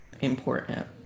important